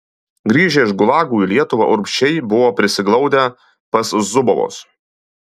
grįžę iš gulagų į lietuvą urbšiai buvo prisiglaudę pas zubovus